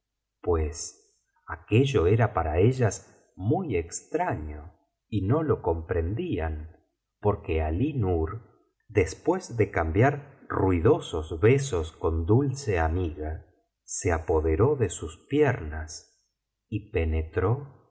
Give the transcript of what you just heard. pues aquello era para ellas muy extraño y no lo comprendían porque alí nur después de cambiar ruidosos besos con dulce amiga se apoderó de sus piernas y penetró en